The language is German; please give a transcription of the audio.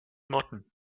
motten